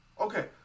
Okay